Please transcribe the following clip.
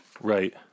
Right